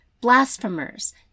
blasphemers